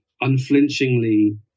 unflinchingly